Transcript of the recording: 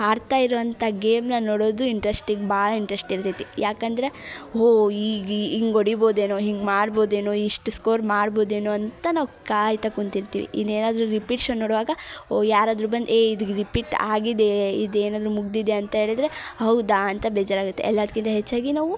ಆಡ್ತಾ ಇರುವಂಥ ಗೇಮನ್ನ ನೋಡೋದು ಇಂಟ್ರಸ್ಟಿಂಗ್ ಭಾಳ ಇಂಟ್ರಸ್ಟ್ ಇರ್ತೈತಿ ಯಾಕಂದರೆ ಓ ಈಗ ಹಿಂಗ್ ಹೊಡಿಬೋದೇನೋ ಹಿಂಗೆ ಮಾಡ್ಬೋದೇನೋ ಇಷ್ಟು ಸ್ಕೋರ್ ಮಾಡ್ಬೋದೇನೋ ಅಂತ ನಾವು ಕಾಯ್ತಾ ಕುಂತಿರ್ತೀವಿ ಇನ್ನೇನಾದರೂ ರಿಪೀಟ್ ಶೋ ನೋಡುವಾಗ ಓ ಯಾರಾದರೂ ಬಂದು ಏ ಇದು ರಿಪೀಟ್ ಆಗಿದೆ ಇದೇನಾದರೂ ಮುಗಿದಿದೆ ಅಂತ ಹೇಳಿದ್ರೆ ಹೌದಾ ಅಂತ ಬೇಜಾರಾಗುತ್ತೆ ಎಲ್ಲದ್ಕಿಂತ ಹೆಚ್ಚಾಗಿ ನಾವು